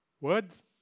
Words